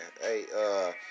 hey